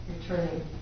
returning